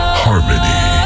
harmony